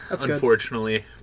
unfortunately